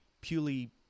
purely